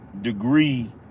degree